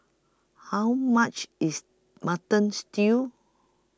How much IS Mutton Stew